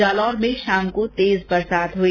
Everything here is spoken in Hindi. जालौर में शाम को तेज बारिश हुई